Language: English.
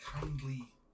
kindly